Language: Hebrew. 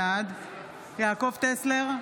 בעד יעקב טסלר,